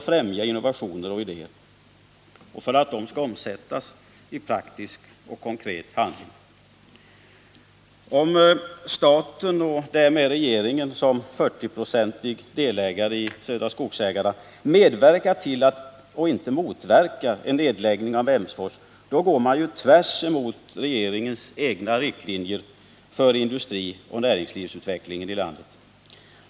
De förlustar man haft medan experiment och utveckling pågått sag man slutet på. när man fick besked om nedläggning. - Om staten — och därmed regeringen — som 40-procentig delägare i Södra Skogsägarna medverkar till och inte motverkar en nedläggning av Emsfors går man tv; emot regeringens egna riktlinjer för industrioch näringslivsutvecklingen i landet.